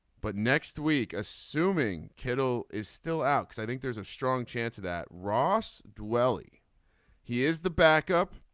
but next week assuming kiddo is still out. i think there's a strong chance of that ross dwell. he he is the backup.